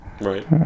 Right